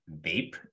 vape